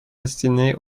destinée